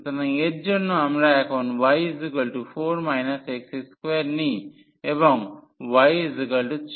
সুতরাং এর জন্য আমরা এখন y4 x2 নিই এবং y3x